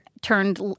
turned